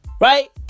Right